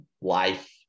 life